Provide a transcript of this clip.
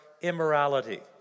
immorality